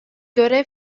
görev